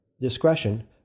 discretion